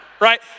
right